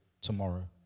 tomorrow